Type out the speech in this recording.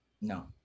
No